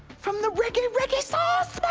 from the reggae reggae sauce